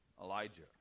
Elijah